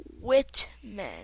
Whitman